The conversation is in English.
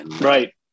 Right